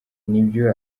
nibyo